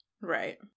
Right